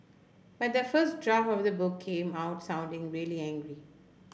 but the first draft of the book came out sounding really angry